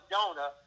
Jonah